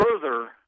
further